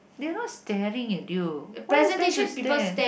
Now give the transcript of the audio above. they're not staring at you what is they to stare